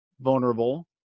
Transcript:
vulnerable